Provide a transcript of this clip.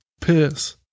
piss